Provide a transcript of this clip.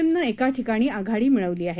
एमनं एका ठिकाणी आघाडी मिळाली आहे